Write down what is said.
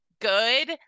good